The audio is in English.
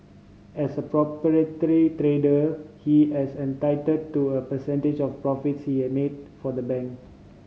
as a proprietary trader he has entitled to a percentage of the profits he made for the bank